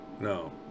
no